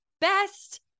best